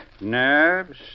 Nerves